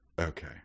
Okay